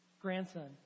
grandson